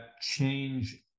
change